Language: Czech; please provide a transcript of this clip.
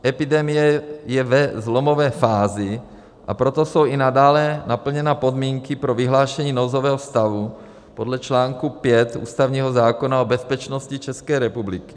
Epidemie je ve zlomové fázi, a proto jsou i nadále naplněny podmínky pro vyhlášení nouzového stavu podle článku 5 ústavního zákona o bezpečnosti České republiky.